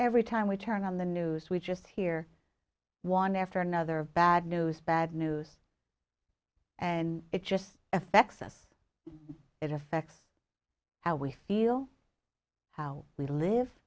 every time we turn on the news we just hear one after another of bad news bad news and it just effects us it affects how we feel how we live